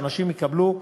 שאנשים יקבלו,